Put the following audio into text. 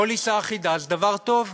פוליסה אחידה זה דבר טוב.